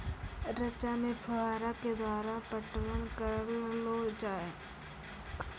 रचा मे फोहारा के द्वारा पटवन करऽ लो जाय?